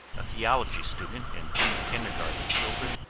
a theology student and two kindergarten children,